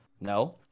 no